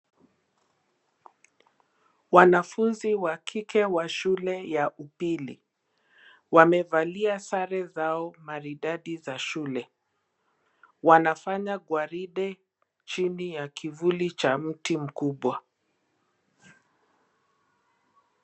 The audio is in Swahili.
Wanafunzi wa kike wa shule ya upili wamevalia sare zao maridadi za shule. Wanafanya gwaride chini ya kivuli cha mti mkubwa.